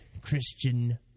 Christian